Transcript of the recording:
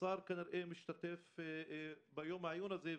השר כנראה ישתתף ביום העיון הזה,